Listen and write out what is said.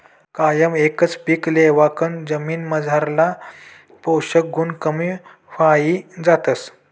कायम एकच पीक लेवाकन जमीनमझारला पोषक गुण कमी व्हयी जातस